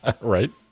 Right